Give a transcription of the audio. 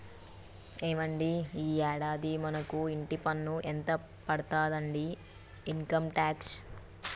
ఏవండి ఈ యాడాది మనకు ఇంటి పన్ను ఎంత పడతాదండి ఇన్కమ్ టాక్స్